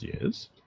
Yes